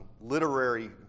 literary